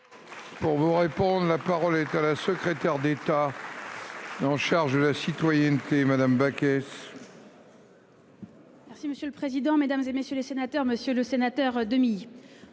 Pour vous répondre. La parole est à la secrétaire d'État. En charge de la citoyenneté. Madame Backès.